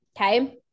Okay